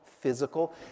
physical